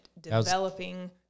developing